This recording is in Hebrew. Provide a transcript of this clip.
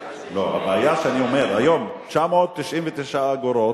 לא, הבעיה שאני אומר: היום 99 אגורות